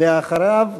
ואחריו,